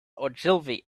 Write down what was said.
ogilvy